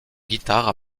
guitare